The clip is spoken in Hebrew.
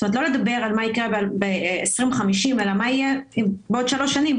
כלומר לא לדבר על מה יקרה ב-2050 אלא מה יהיה בעוד שלוש שנים,